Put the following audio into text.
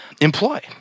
employ